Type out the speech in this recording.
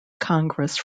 congress